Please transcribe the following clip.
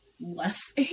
less